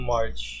March